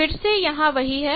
फिर से यह वही है